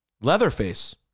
Leatherface